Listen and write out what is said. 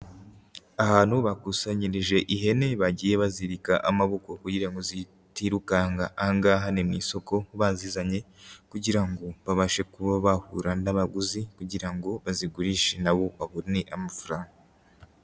Abantu bakusanyirije ihene bagiye bazirika amaboko kugira ngo zitirukanka, aha ngaha ni mu isoko bazizanye kugira ngo babashe kuba bahura n'abaguzi kugira ngo bazigurishe na bo babone amafaranga.